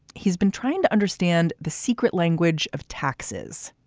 he's been trying to understand the secret language of taxes.